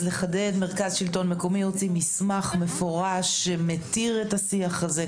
מרכז שלטון מקומי הוציא מסמך מפורש שמתיר את השיח הזה.